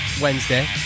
Wednesday